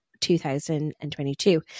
2022